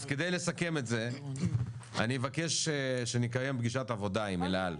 אז כדי לסכם את זה אני מבקש שנקיים פגישת עבודה עם אל על,